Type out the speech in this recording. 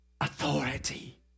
authority